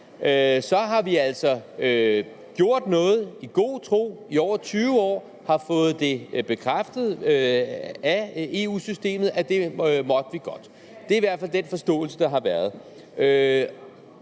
har vi altså gjort noget i god tro i over 20 år, og vi har fået bekræftet af EU-systemet, at det måtte vi godt. Det er i hvert fald den forståelse, der har været.